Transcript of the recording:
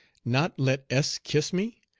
not let s kiss me!